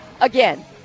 Again